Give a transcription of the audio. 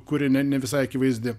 kuri ne ne visai akivaizdi